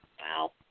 wow